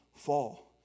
Fall